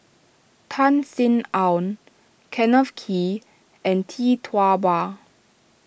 Tan Sin Aun Kenneth Kee and Tee Tua Ba